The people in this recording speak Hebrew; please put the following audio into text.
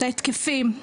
ההתקפים,